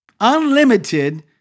Unlimited